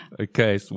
Okay